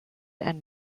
and